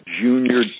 junior